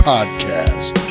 Podcast